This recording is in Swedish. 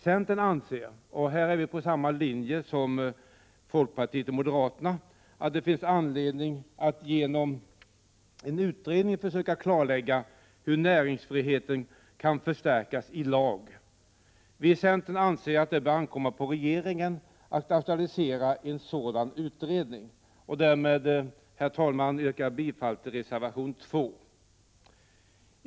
Centern anser — och här är vi på samma linje som folkpartiet och moderaterna — att det finns anledning att genom en utredning söka klarlägga hur näringsfriheten kan förstärkas i lag. Vi i centern anser att det bör ankomma på regeringen att aktualisera en sådan utredning. Herr talman! Jag yrkar med detta bifall till reservation nr 2.